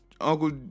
Uncle